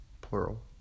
plural